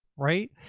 right.